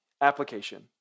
Application